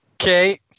Okay